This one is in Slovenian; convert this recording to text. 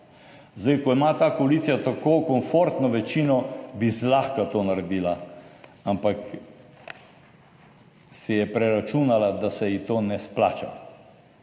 ko ima ta koalicija tako komfortno večino, bi zlahka to naredila, ampak si je preračunala, da se ji to ne splača.